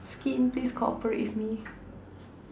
skin please cooperate with me